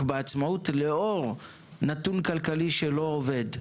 בעצמאות לאור נתון כלכלי שלא עובד?